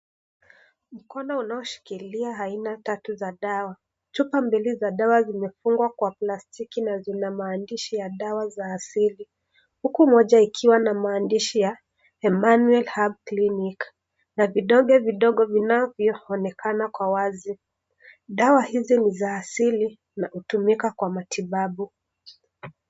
Mkono unaoshikilia aina tatu za dawa, chupa mbili za dawa zimefungwa kwa plastiki na zina maandishi ya dawa za asili, huku moja ikiwa na maandishi ya Emmanuel herb clinic na vidonge vidogo vinavyoonekana kwa wazi, dawa hizi ni za asili na hutumika kwa matibabu.